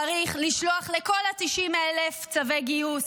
צריך לשלוח לכל ה-90,000 צווי גיוס.